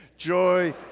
Joy